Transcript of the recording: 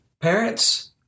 parents